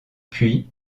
puis